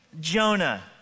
Jonah